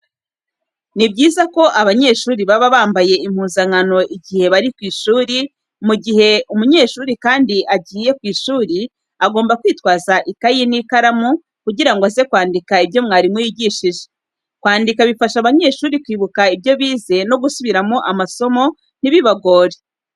Ni byiza ko abanyeshuri baba bambaye impuzankano igihe bari mu ishuri. Mu gihe umunyeshuri kandi agiye ku ishuri agomba kwitwaza ikayi n'ikaramu, kugira ngo aze kwandika ibyo mwarimu yigishije. Kwandika bifasha abanyeshuri kwibuka ibyo bize no gusubiramo amasomo ntibibagore.